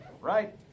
right